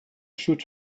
should